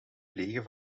plegen